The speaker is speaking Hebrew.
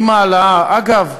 עם ההעלאה, אגב,